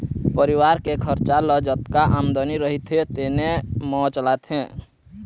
परिवार के खरचा ल जतका आमदनी रहिथे तेने म चलाथे